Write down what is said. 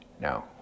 no